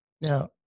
Now